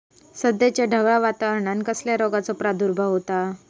सध्याच्या ढगाळ वातावरणान कसल्या रोगाचो प्रादुर्भाव होता?